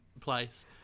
place